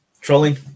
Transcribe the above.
trolling